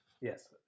yes